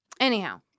Anyhow